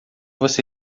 você